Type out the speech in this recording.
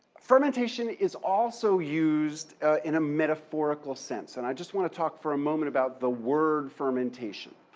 fermentation is also used in a metaphorical sense. and i just want to talk for a moment about the word fermentation.